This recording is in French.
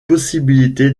possibilités